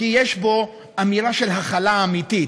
כי יש בו אמירה של הכלה אמיתית.